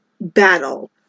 battle